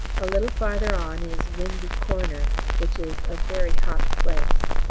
a little farther on is windy corner, which is a very hot place.